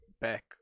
back